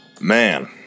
Man